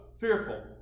fearful